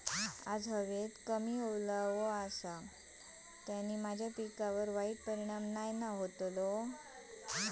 आज हवेत कमी ओलावो असतलो काय त्याना माझ्या पिकावर वाईट परिणाम नाय ना व्हतलो?